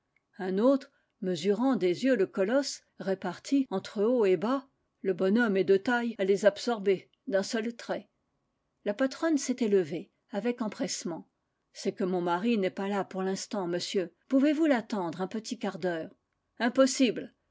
un autre mesurant des yeux le colosse repartit entre haut et bas le bonhomme est de taille à les absorber d'un seul trait la pc'ronne s'était levée avec empressement c'est que mon mari n'est pas là pour l'instant mon sieur pouvez-vous l'attendre un petit quart d'heure impossible